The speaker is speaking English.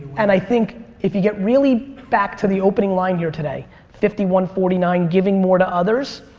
and i think if you get really back to the opening line here today fifty one forty nine, giving more to others,